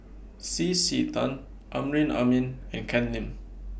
C C Tan Amrin Amin and Ken Lim